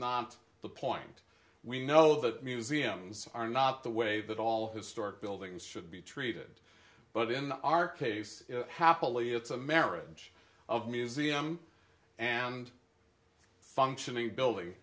not the point we know that museums are not the way that all historic buildings should be treated but in our case happily it's a marriage of museum and functioning building